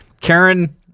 Karen